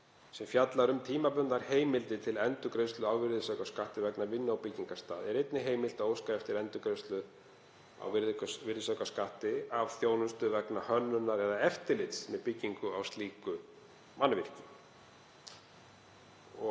sem fjallar um tímabundnar heimildir til endurgreiðslu á virðisaukaskatti vegna vinnu á byggingu er einnig heimilt að óska eftir endurgreiðslu á virðisaukaskatti af þjónustu vegna hönnunar eða eftirlits með byggingu á slíku mannvirki.